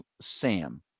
Sam